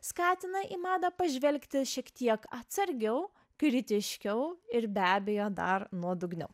skatina į madą pažvelgti šiek tiek atsargiau kritiškiau ir be abejo dar nuodugniau